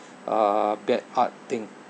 uh bad art thing